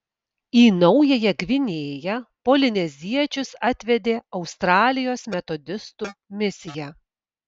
į naująją gvinėją polineziečius atvedė australijos metodistų misija